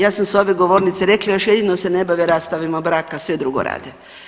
Ja sam s ove govornice rekla još jedino se ne bave rastavama braka, sve drugo rade.